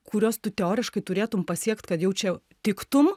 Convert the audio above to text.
kuriuos tu teoriškai turėtum pasiekt kad jau čia tiktum